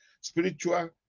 spiritual